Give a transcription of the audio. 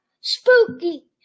Spooky